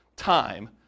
Time